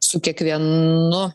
su kiekvienu